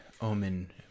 omen